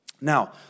Now